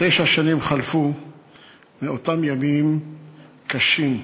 תשע שנים חלפו מאותם ימים קשים.